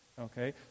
Okay